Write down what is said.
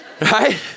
Right